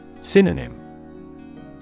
Synonym